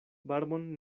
barbon